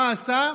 מה עשה?